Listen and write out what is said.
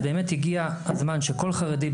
אז באמת הגיע הזמן שכל חרדי,